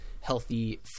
healthy